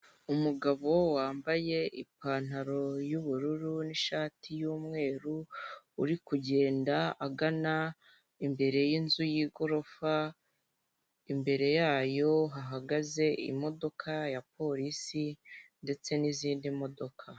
Umugabo wambaye ipantaro y’ ubururu n'ishati y’ umweru uri kugenda agana imbere yinzu yigorofa, imbere yayo hahagaze imodoka ya polisi ndetse nizindi modoka.